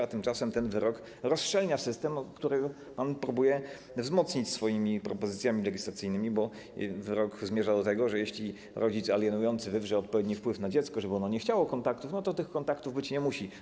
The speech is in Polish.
A tymczasem ten wyrok rozszczelnia system, który pan próbuje wzmocnić swoimi propozycjami legislacyjnymi, bo wyrok zmierza do tego, że jeśli rodzic alienujący wywrze odpowiedni wpływ na dziecko, żeby ono nie chciało kontaktów, to tych kontaktów być nie musi.